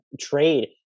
trade